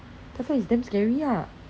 that's why it's damn scary ah